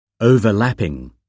Overlapping